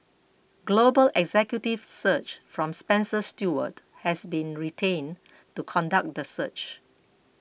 global executive search from Spencer Stuart has been retained to conduct the search